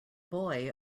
boy